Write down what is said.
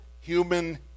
human